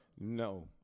No